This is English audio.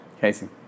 Casey